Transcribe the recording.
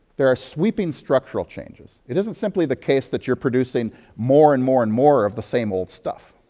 there are sweeping structural changes. it isn't simply the case that you're producing more and more and more of the same old stuff.